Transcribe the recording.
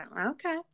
Okay